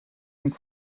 and